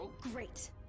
Great